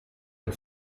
the